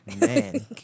Man